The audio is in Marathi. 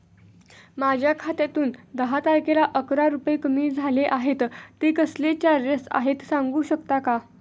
माझ्या खात्यातून दहा तारखेला अकरा रुपये कमी झाले आहेत ते कसले चार्जेस आहेत सांगू शकता का?